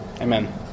Amen